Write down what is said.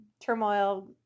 turmoil